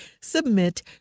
Submit